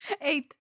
Eight